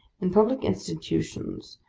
in public institutions,